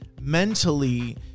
mentally